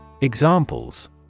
Examples